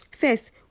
first